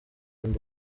asaba